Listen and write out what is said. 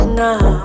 now